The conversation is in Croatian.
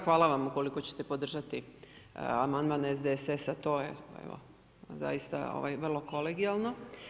Hvala vam ukoliko ćete podržati amandman SDSS-a, to je zaista vrlo kolegijalno.